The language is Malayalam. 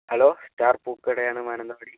ഹലോ സ്റ്റാർ പൂക്കടയാണ് മാനന്തവാടി